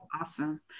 Awesome